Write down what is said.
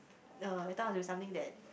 uh it turn out to be something that